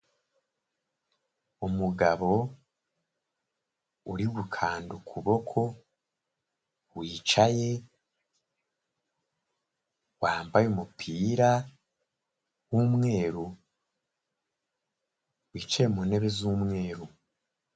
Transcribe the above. Umugabo uri gukanda ukuboko, wicaye, wambaye umupira w'umweru, wicaye mu ntebe z'umweru.